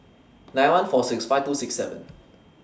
nine one four six five two six seven